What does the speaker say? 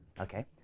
okay